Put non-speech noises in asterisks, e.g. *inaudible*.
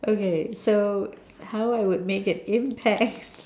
okay so how I would make an impact *laughs*